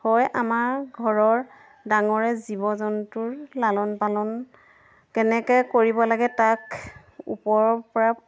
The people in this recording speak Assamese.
হয় আমাৰ ঘৰৰ ডাঙৰে জীৱ জন্তুৰ লালন পালন কেনেকৈ কৰিব লাগে তাক ওপৰৰ পৰা